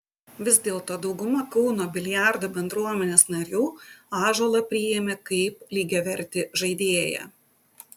vis dėlto dauguma kauno biliardo bendruomenės narių ąžuolą priėmė kaip lygiavertį žaidėją